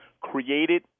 created